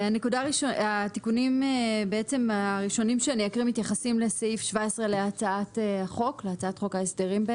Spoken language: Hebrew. התיקונים הראשונים שאני אקריא מתייחסים לסעיף 17 להצעת חוק ההסדרים.